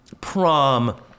prom